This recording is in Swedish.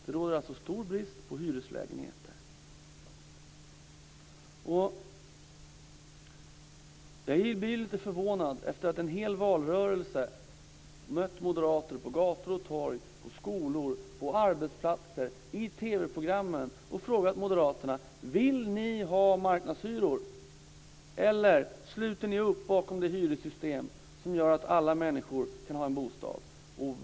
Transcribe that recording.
Det råder alltså stor brist på hyreslägenheter. I en hel valrörelse mötte jag moderater på gator och torg, på skolor, på arbetsplatser och i TV program, och jag frågade dem: Vill ni ha marknadshyror, eller sluter ni upp bakom det hyressystem som gör att alla människor kan ha en bostad?